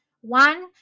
One